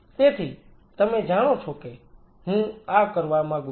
તેથી તમે જાણો છો કે હું આ કરવા માંગુ છું